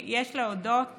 שיש להודות